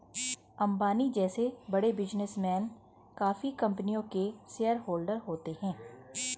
अंबानी जैसे बड़े बिजनेसमैन काफी कंपनियों के शेयरहोलडर होते हैं